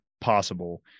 possible